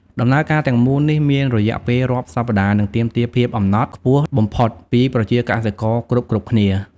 ដំណើរការទាំងមូលនេះមានរយៈពេលរាប់សប្តាហ៍និងទាមទារភាពអំណត់ខ្ពស់បំផុតពីប្រជាកសិករគ្រប់ៗគ្នា។